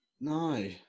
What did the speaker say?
No